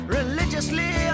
religiously